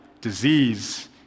disease